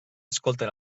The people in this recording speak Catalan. escolten